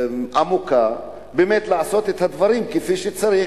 עמוקה, באמת לעשות את הדברים כפי שצריך.